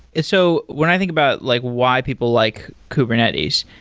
and so when i think about like why people like kubernetes,